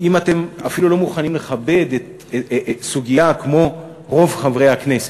אם אתם לא מוכנים אפילו לכבד סוגיה כמו רוב חברי הכנסת,